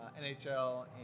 NHL